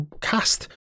cast